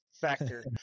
factor